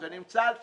זה נמצא על שולחני.